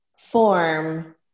form